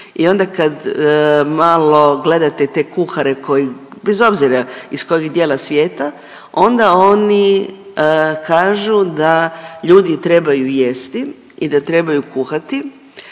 i onda kad malo gledate te kuhare koji, bez obzira iz kojeg dijela svijeta onda oni kažu da ljudi trebaju jesti i da trebaju kuhati